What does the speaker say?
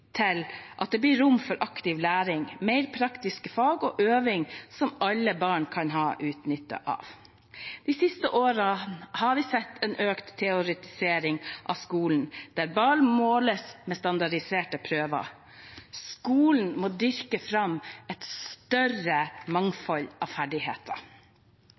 til at det blir rom for aktiv læring, mer praktiske fag og øving som alle barn kan ha utbytte av. De siste årene har vi sett en økt teoretisering av skolen der barn måles med standardiserte prøver. Skolen må dyrke fram et større mangfold av ferdigheter.